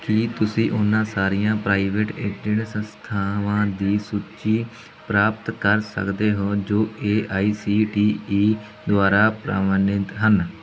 ਕੀ ਤੁਸੀਂ ਉਹਨਾਂ ਸਾਰੀਆਂ ਪ੍ਰਾਈਵੇਟ ਏਡਿਡ ਸੰਸਥਾਵਾਂ ਦੀ ਸੂਚੀ ਪ੍ਰਾਪਤ ਕਰ ਸਕਦੇ ਹੋ ਜੋ A I C T E ਦੁਆਰਾ ਪ੍ਰਵਾਨਿਤ ਹਨ